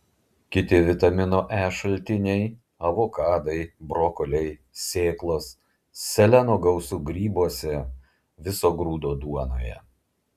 kiti vitamino e šaltiniai avokadai brokoliai sėklos seleno gausu grybuose viso grūdo duonoje